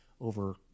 over